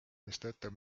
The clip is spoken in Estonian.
mistõttu